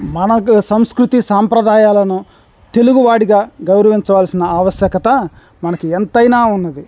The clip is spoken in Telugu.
మనకు సంస్కృతి సాంప్రదాయాలను తెలుగువాడిగా గౌరవించవలసిన ఆవశ్యకతా మనకి ఎంతైనా ఉన్నది